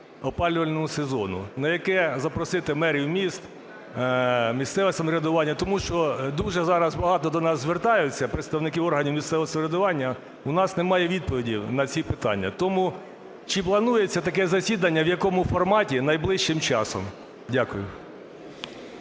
опалювальному сезону. На яке запросити мерів міст, місцеве самоврядування. Тому що дуже зараз багато до нас звертається представників органів місцевого самоврядування. У нас немає відповіді на ці питання. Тому чи планується таке засідання, в якому форматі, найближчим часом? Дякую.